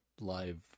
live